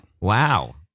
Wow